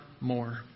more